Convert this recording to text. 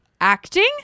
Acting